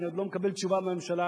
ואני עוד לא קיבלתי תשובה מהממשלה,